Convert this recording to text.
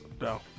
No